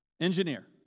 Engineer